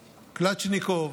קלצ'ניקוב,